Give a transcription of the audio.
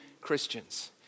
Christians